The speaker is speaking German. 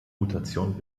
mutation